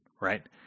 right